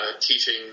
teaching